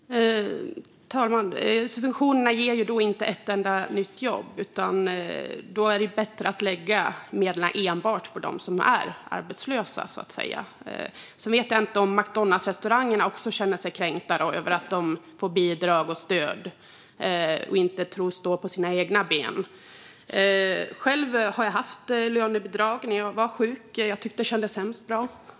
Fru talman! Subventionerna ger ju inte ett enda nytt jobb. Då är det bättre att lägga medlen enbart på dem som är arbetslösa. Sedan vet jag inte om McDonalds restauranger också känner sig kränkta över att de får bidrag och stöd och inte tros stå på sina egna ben. Själv har jag haft lönebidrag när jag var sjuk. Jag tyckte att det kändes hemskt bra.